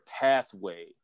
pathway